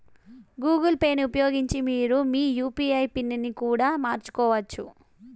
Google పేని ఉపయోగించి మీరు మీ యూ.పీ.ఐ పిన్ ని కూడా మార్చుకోవచ్చు